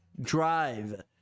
drive